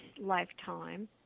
lifetime